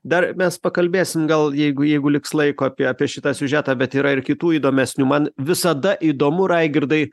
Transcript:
dar mes pakalbėsim gal jeigu jeigu liks laiko apie apie šitą siužetą bet yra ir kitų įdomesnių man visada įdomu raigirdai